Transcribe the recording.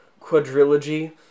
quadrilogy